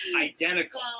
identical